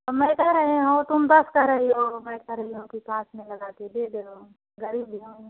अब मैं कह रहीं हूँ तो दस कह रही हो मैं कह रही हूँ कि पाँच में लगा के दे दो गाड़ी ले आऊ